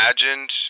imagined